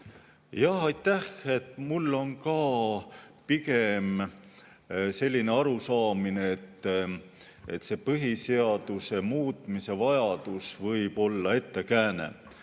Jah, aitäh! Mul on ka pigem selline arusaamine, et see põhiseaduse muutmise vajadus võib olla ettekääne.